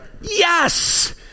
Yes